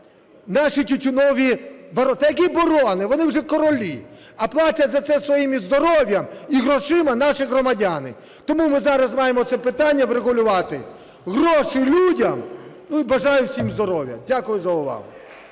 Та які барони, вони вже королі. А платять за це своїм здоров'ям і грошима наші громадяни. Тому ми зараз маємо це питання врегулювання. Гроші – людям! Бажаю всім здоров'я. Дякую за увагу.